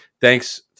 thanks